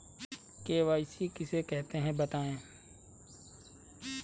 KYC किसे कहते हैं बताएँ?